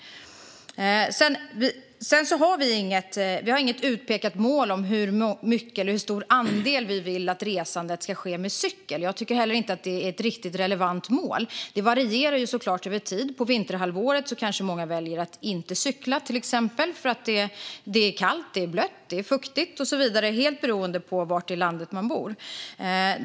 Vi har inget utpekat mål för hur stor andel av resandet som vi vill ska ske med cykel. Jag tycker heller inte riktigt att det är ett relevant mål. Det varierar självklart över tid. På vinterhalvåret väljer kanske många att inte cykla för att det till exempel är kallt, blött eller fuktigt. Det beror helt på var i landet man bor.